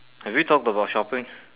have we talked about shopping